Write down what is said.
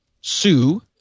Sue